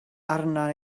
arna